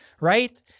Right